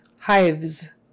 Hives